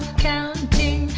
counting,